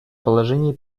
положение